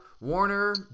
Warner